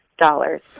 dollars